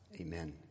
Amen